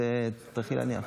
אז תצטרכי להניח.